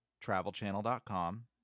TravelChannel.com